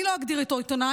אני לא אגדיר אותו עיתונאי,